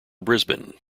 brisbane